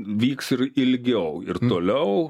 vyks ir ilgiau ir toliau